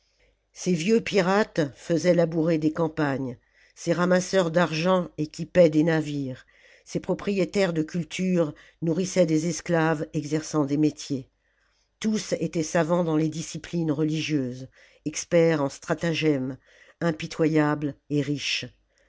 ces vieux pirates faisaient labourer des campagnes ces ramasseurs d'argent équipaient des navires ces propriétaires de culture nourrissaient des esclaves exerçant des métiers tous étaient savants dans les disciplines religieuses experts en stratagèmes impitoyables et riches